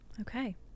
Okay